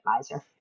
advisor